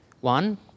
One